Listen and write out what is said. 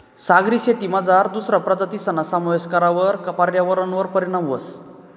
सागरी शेतीमझार दुसरा प्रजातीसना समावेश करावर पर्यावरणवर परीणाम व्हस